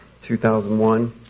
2001